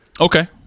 Okay